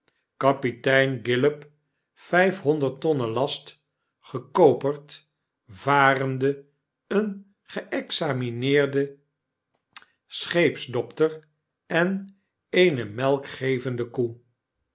kapitein grillop vyfhonderd tonnen last gekoperd varende een geexamineerden scheepsdokter en eene melkgevende koe